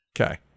Okay